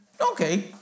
Okay